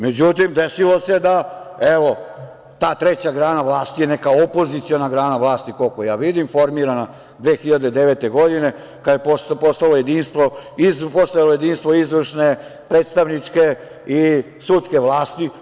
Međutim, desilo se da, evo, ta treća grana vlasti je neka opoziciona grana vlasti, koliko ja vidim, formirana 2009. godine kad je postojalo jedinstvo izvršne, predstavničke i sudske vlasti.